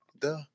Duh